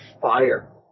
fire